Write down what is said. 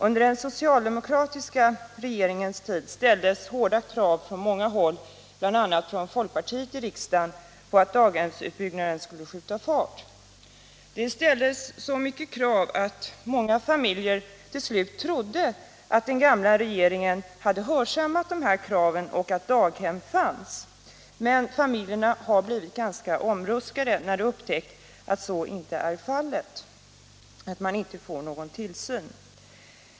Under den socialdemokratiska regeringens tid ställdes hårda krav från många håll, bl.a. från folkpartiet i riksdagen, på att daghemsutbyggnaden skulle skjuta fart. Det ställdes sådana krav att många familjer till slut trodde att den gamla regeringen hade hörsammat kraven och att daghem fanns. Men familjerna har blivit ganska omruskade när de har upptäckt att så inte var fallet och att de inte kunde få någon tillsyn av sina barn.